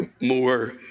more